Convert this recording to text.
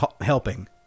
helping